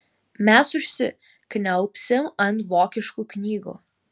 mes užsikniaubsim ant vokiškų knygų